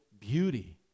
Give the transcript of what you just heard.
beauty